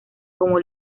como